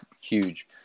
huge